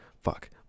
fuck